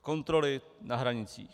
Kontroly na hranicích.